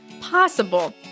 possible